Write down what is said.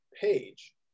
page